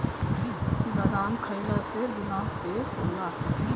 बादाम खइला से दिमाग तेज होला